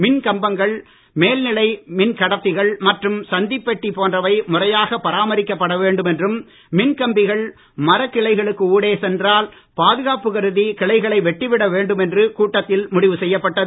மின் கம்பங்கள் மேல்நிலை மின் கடத்திகள் மற்றும் சந்திப்பெட்டி போன்றவை முறையாகப் பராமரிக்கப்பட வேண்டும் என்றும் மின் கம்பிகள் மரக்கிளைகளுக்கு ஊடே சென்றால் பாதுகாப்பு கருதி கிளைகளை வெட்டிவிட வேண்டும் என்று கூட்டத்தில் முடிவு செய்யப்பட்டது